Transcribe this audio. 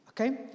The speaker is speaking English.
Okay